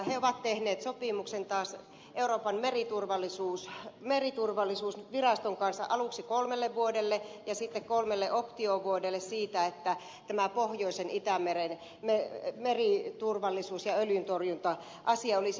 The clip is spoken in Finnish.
he ovat tehneet sopimuksen taas euroopan meriturvallisuusviraston kanssa aluksi kolmelle vuodelle ja sitten kolmelle optiovuodelle siitä että tämä pohjoisen itämeren meriturvallisuus ja öljyntorjunta asia olisi kunnossa